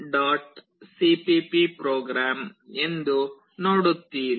cpp program ಎಂದು ನೋಡುತ್ತೀರಿ